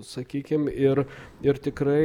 sakykim ir ir tikrai